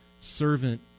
servant